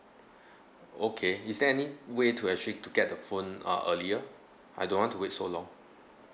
okay is there any way to actually to get the phone uh earlier I don't want to wait so long